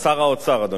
שר האוצר, אדוני.